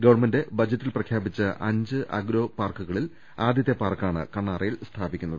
government ബജറ്റിൽ പ്രഖ്യാപിച്ച അഞ്ച് അഗ്രോ പാർക്കുകളിൽ ആദ്യത്തെ പാർക്കാണ് കണ്ണാറയിൽ സ്ഥാപിക്കുന്നത്